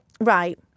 Right